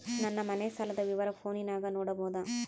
ನನ್ನ ಮನೆ ಸಾಲದ ವಿವರ ಫೋನಿನಾಗ ನೋಡಬೊದ?